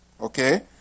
Okay